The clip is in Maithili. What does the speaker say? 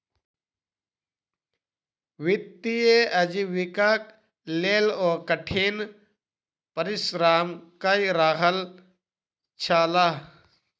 वित्तीय आजीविकाक लेल ओ कठिन परिश्रम कय रहल छलाह